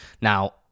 Now